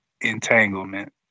entanglement